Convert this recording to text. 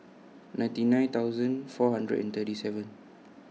ninety nine thousand four hundred and thirty seven